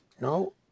No